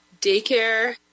Daycare